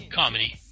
comedy